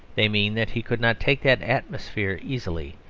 they mean that he could not take that atmosphere easily,